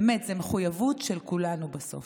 באמת, זו מחויבות של כולנו בסוף.